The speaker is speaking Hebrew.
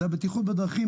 הבטיחות בדרכים,